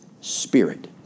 spirit